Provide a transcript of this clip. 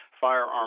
firearm